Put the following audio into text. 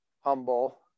humble